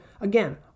again